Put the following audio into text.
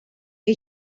que